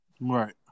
right